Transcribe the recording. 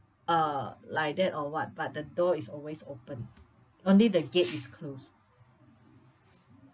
uh like that or what but the door is always open only the gate is closed